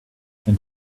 and